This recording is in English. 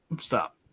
stop